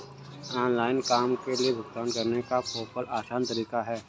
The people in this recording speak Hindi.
ऑनलाइन काम के लिए भुगतान करने का पेपॉल आसान तरीका है